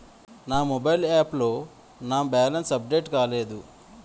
నా mobile app లో నా బ్యాలెన్స్ అప్డేట్ కాలేదు